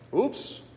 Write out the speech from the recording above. Oops